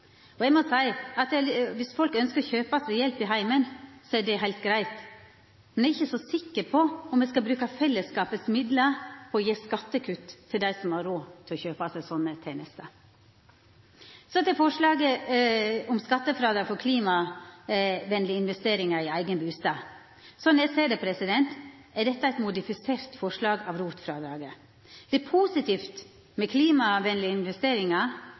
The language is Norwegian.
Eg må seia at viss folk ønskjer å kjøpa seg hjelp til heimen, er det heilt greitt. Men eg er ikkje så sikker på om ein skal bruka av fellesskapet sine midlar for å gi skattekutt til dei som har råd til å kjøpa seg sånne tenester. Så til forslaget om skattefrådrag for klimavenlege investeringar i eigen bustad. Sånn eg ser det, er dette eit modifisert forslag av ROT-frådraget. Det er positivt med klimavenlege investeringar,